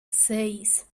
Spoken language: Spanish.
seis